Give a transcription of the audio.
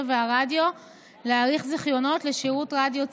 ורדיו להאריך זיכיונות לשירות רדיו ציבורי.